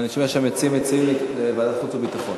אני שומע שהמציעים מציעים את ועדת חוץ וביטחון.